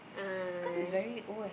(uh huh)